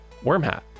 Wormhat